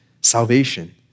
salvation